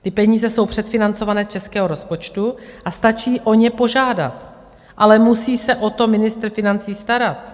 Ty peníze jsou předfinancované z českého rozpočtu a stačí o ně požádat, ale musí se o to ministr financí starat.